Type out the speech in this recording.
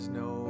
no